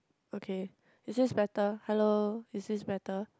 okay is this better hello is this better